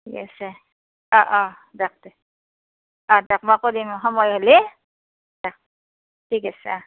ঠিক আছে অ অ ৰখ দে দয়ক দয়ক মই সময় হ'লে ঠিক আছে